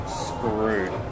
screwed